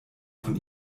von